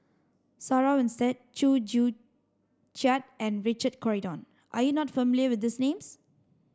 Sarah Winstedt Chew Joo Chiat and Richard Corridon are you not familiar with these names